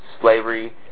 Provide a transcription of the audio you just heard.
Slavery